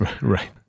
right